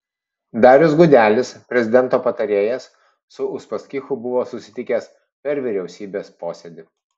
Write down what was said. darius gudelis prezidento patarėjas su uspaskichu buvo susitikęs per vyriausybės posėdį